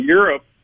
Europe